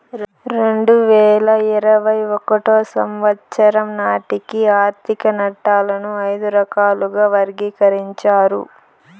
రెండు వేల ఇరవై ఒకటో సంవచ్చరం నాటికి ఆర్థిక నట్టాలను ఐదు రకాలుగా వర్గీకరించారు